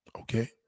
Okay